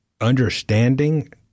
understanding